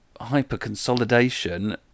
hyper-consolidation